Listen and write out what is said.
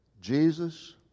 Jesus